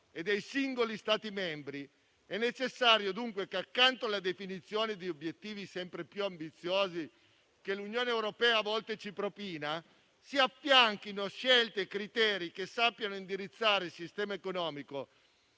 e dei singoli Stati membri è necessario dunque che, accanto alla definizione di obiettivi sempre più ambiziosi che l'Unione europea a volte ci propina, si affianchino scelte e criteri che sappiano indirizzare il sistema economico,